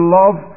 love